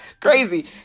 Crazy